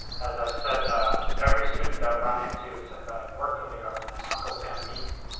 as i've said to every student i've run into since i've worked for the government, uncle sam needs you.